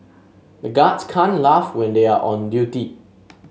the guards can't laugh when they are on duty